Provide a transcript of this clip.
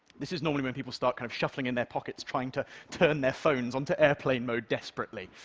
this is normally when people start kind of shuffling in their pockets trying to turn their phones onto airplane mode desperately.